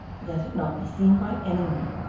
let it not be seen by any one.